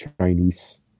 Chinese